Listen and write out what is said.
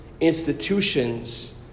institutions